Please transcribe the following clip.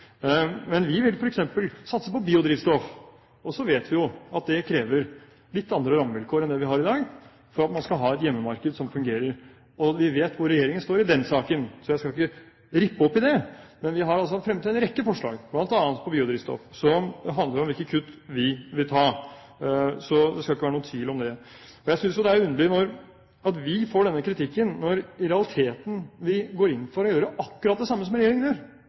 Men vi vil f.eks. satse på biodrivstoff. Så vet vi jo at det krever litt andre rammevilkår enn det vi har i dag, for at man skal ha et hjemmemarked som fungerer. Og vi vet hvor regjeringen står i den saken, så jeg skal ikke rippe opp i det. Men vi har altså fremmet en rekke forslag, bl.a. om biodrivstoff, som handler om hvilke kutt vi vil ta, så det skal ikke være noen tvil om det. Jeg synes jo det er underlig at vi får denne kritikken når vi i realiteten går inn for å gjøre akkurat det samme som regjeringen